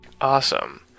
Awesome